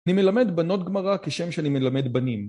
אני מלמד בנות גמרא כשם שאני מלמד בנים